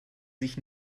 sich